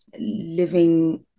living